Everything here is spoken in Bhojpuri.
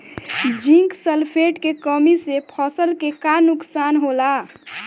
जिंक सल्फेट के कमी से फसल के का नुकसान होला?